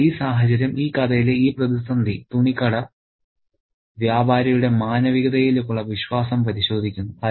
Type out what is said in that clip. അതിനാൽ ഈ സാഹചര്യം ഈ കഥയിലെ ഈ പ്രതിസന്ധി തുണിക്കട വ്യാപാരിയുടെ മാനവികതയിലുള്ള വിശ്വാസം പരിശോധിക്കുന്നു